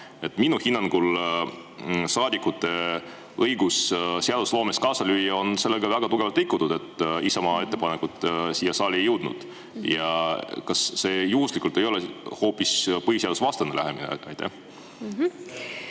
Minu hinnangul saadikute õigust seadusloomes kaasa lüüa on sellega väga tugevalt rikutud, et Isamaa ettepanekud siia saali ei jõudnud. Kas see juhuslikult ei ole hoopis põhiseadusvastane lähenemine?